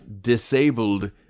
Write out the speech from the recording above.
disabled